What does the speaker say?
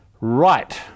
Right